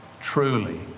truly